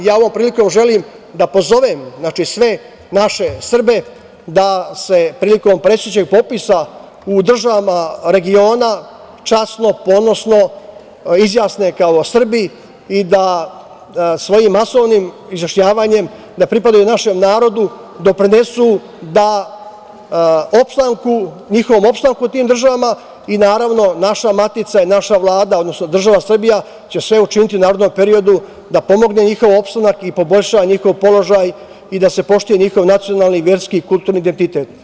Ovom prilikom želim da pozovem sve naše Srbe da se prilikom predstojećeg popisa u državama regiona časno, ponosno izjasne kao Srbi i da svojim masovnim izjašnjavanjem da pripadaju našem narodu doprinesu opstanku njihovom u tim državama i naravno naša matica, naša Vlada, odnosno država Srbija će sve učiniti u narednom periodu da pomogne njihov opstanak i poboljša njihov položaj i da se poštuje njihov nacionalni i verski i kulturni identitet.